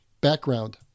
background